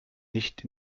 nicht